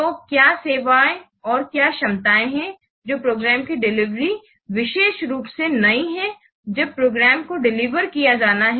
तो क्या सेवाओं या क्या क्षमताए है जो प्रोग्राम की डिलीवर विशेष रूप से नई हैं जब प्रोग्राम को डिलीवर किया जाना है